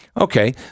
Okay